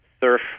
surf